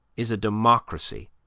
is a democracy,